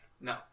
No